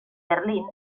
berlín